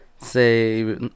say